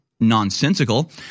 nonsensical